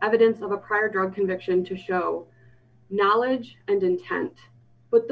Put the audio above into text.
evidence of a prior drug conviction to show knowledge and intent but